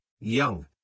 young